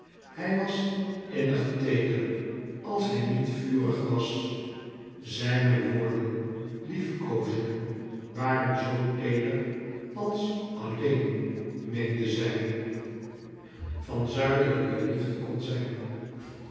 hij was innig feeder als hij niet vurig was zijne woorden liefkoozingen waren zoo feeder als alleen meende zij van zuidelijke liefde kon zijn